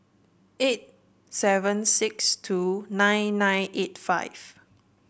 eight seven six two nine nine eight five